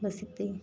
बस इतना ही